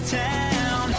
town